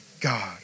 God